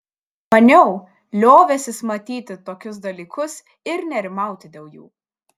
maniau liovęsis matyti tokius dalykus ir nerimauti dėl jų